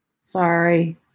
sorry